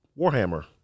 Warhammer